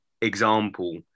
example